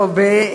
טוב.